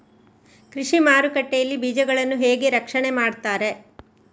ಕೃಷಿ ಮಾರುಕಟ್ಟೆ ಯಲ್ಲಿ ಬೀಜಗಳನ್ನು ಹೇಗೆ ರಕ್ಷಣೆ ಮಾಡ್ತಾರೆ?